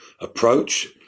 approach